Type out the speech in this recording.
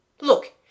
Look